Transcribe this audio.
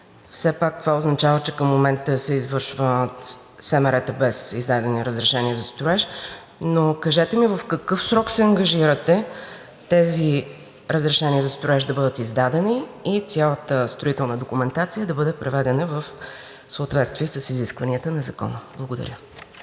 Все пак това означава, че към момента се извършват строително-монтажни работи без издадени разрешения за строеж, но кажете ми в какъв срок се ангажирате тези разрешения за строеж да бъдат издадени и цялата строителна документация да бъде приведена в съответствие с изискванията на закона? Благодаря.